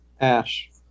Ash